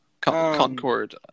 Concord